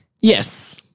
yes